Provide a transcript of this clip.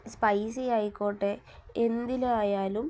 spicy ആയിക്കോട്ടെ എന്തിലായാലും